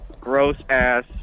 Gross-ass